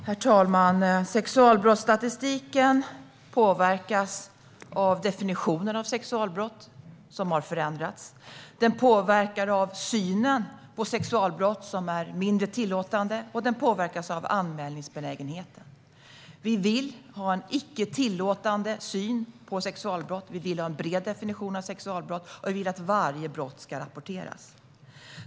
Herr talman! Sexualbrottsstatistiken påverkas av definitionen av sexualbrott som har förändrats, av synen på sexualbrott som är mindre tillåtande och av anmälningsbenägenheten. Vi vill ha en icke tillåtande syn på sexualbrott, vi vill ha en bred definition av sexualbrott och vi vill att varje brott ska rapporteras.